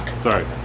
sorry